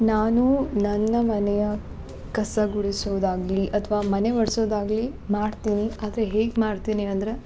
ನಾನು ನನ್ನ ಮನೆಯ ಕಸ ಗುಡಿಸುದಾಗಲಿ ಅಥ್ವಾ ಮನೆ ಒರ್ಸುದು ಆಗಲಿ ಮಾಡ್ತೀನಿ ಆದರೆ ಹೇಗೆ ಮಾಡ್ತೀನಿ ಅಂದರೆ